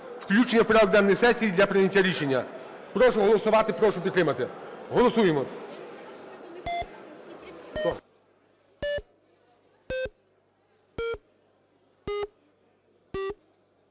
Включення у порядок денний сесії для прийняття рішення. Прошу голосувати, прошу підтримати. Голосуємо!